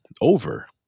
over